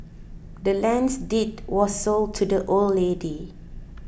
the land's deed was sold to the old lady